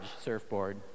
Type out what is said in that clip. surfboard